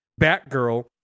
Batgirl